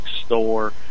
store